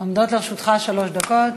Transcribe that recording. עומדות לרשותך שלוש דקות.